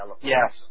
Yes